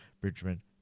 Bridgman